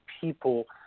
people